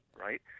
right